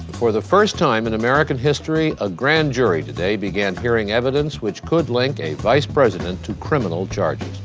for the first time in american history, a grand jury today began hearing evidence which could link a vice president to criminal charges.